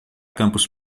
campus